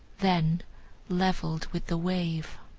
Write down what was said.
then levelled with the wave.